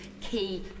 key